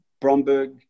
Bromberg